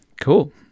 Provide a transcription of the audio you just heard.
Cool